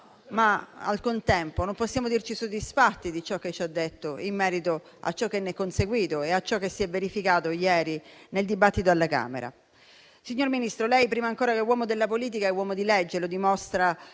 ma al contempo non possiamo dirci soddisfatti di ciò che ci ha detto in merito a ciò che ne è conseguito e a ciò che si è verificato ieri nel dibattito alla Camera. Signor Ministro, lei prima ancora che uomo della politica è uomo di legge; lo dimostra